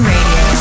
Radio